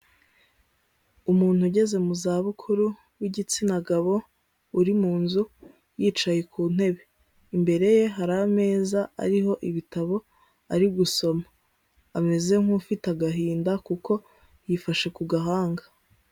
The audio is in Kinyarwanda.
Umuntu ugeze mu zabukuru, w'igitsina gabo, uri mu nzu, yicaye ku ntebe, imbere ye hari ameza ariho ibitabo, ari gusoma ameze nk'ufite agahinda kuko yifashe ku gahanga.